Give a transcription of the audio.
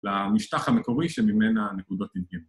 ‫למשטח המקורי שממנה הנקודות הגיעו.